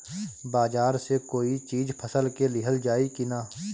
बाजार से कोई चीज फसल के लिहल जाई किना?